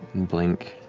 and blink,